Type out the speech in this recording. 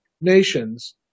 nations